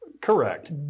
Correct